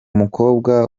mukobwa